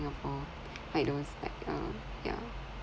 singapore like those like um yeah